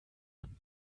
man